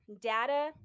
data